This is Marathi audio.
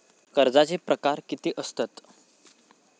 कर्जाचे प्रकार कीती असतत?